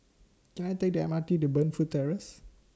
Can I Take The M R T to Burnfoot Terrace